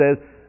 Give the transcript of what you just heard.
says